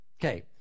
Okay